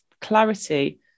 clarity